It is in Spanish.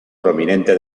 prominente